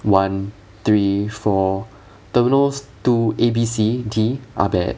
one three four terminals two A B C D are bad